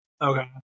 Okay